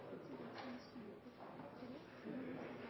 representanten Hoksrud, som